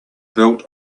built